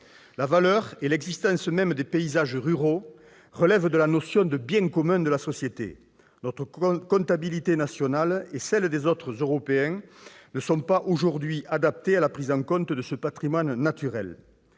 La valeur et l'existence même des paysages ruraux relèvent de la notion de bien commun de la société. Notre comptabilité nationale et celle des autres Européens ne sont pas aujourd'hui adaptées à la prise en compte de ce patrimoine naturel.